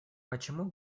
почему